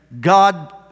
God